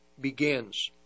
begins